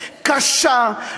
קשה,